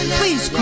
please